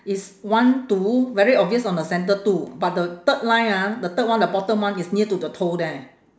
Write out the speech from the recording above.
is one two very obvious on the centre two but the third line ah the third one the bottom one is near to the toe there